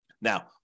Now